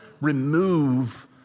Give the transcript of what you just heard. remove